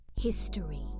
history